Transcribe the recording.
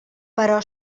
però